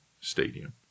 stadium